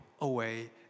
away